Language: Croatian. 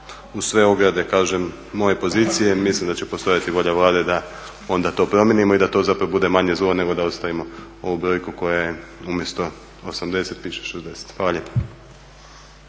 uz sve ograde kažem moje pozicije, mislim da će postojati volja Vlade da onda to promijenimo i da to zapravo bude manje zlo nego da ostavimo ovu brojku koja je umjesto 80 piše 60. Hvala